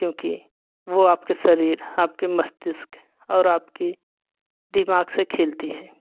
क्योंकि वह आपके शरीर आपके मस्तिष्क और आपके दिमाग़ से खेलती है